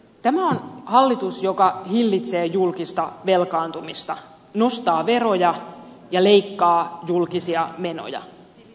tämä on hallitus joka hillitsee julkista velkaantumista nostaa veroja ja leikkaa julkisia menoja